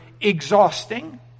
exhausting